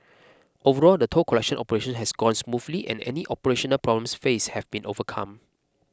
overall the toll collection operation has gone smoothly and any operational problems faced have been overcome